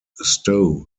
stowe